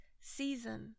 season